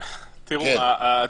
אתה מאוד קשוח.